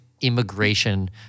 immigration